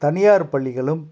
தனியார் பள்ளிகளும்